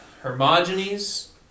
Hermogenes